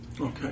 Okay